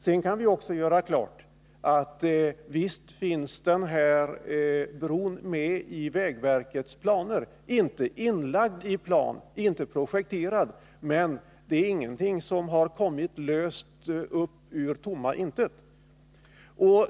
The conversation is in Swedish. Sedan kan vi också göra klart för oss att den här bron visst finns medtagen i vägverkets planer — den är visserligen inte inlagd i planen och den är inte projekterad, men förslaget är heller ingenting som helt löst har kommit upp ur tomma intet.